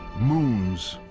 moons,